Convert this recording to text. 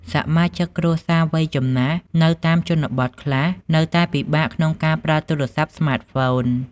សមាជិកគ្រួសារវ័យចំណាស់នៅតាមជនបទខ្លះ នៅតែពិបាកក្នុងការប្រើទូរស័ព្ទស្មាតហ្វូន។